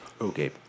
Okay